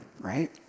Right